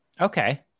Okay